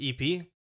EP